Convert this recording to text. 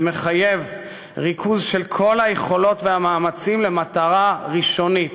זה מחייב ריכוז של כל היכולות והמאמצים למטרה ראשונית,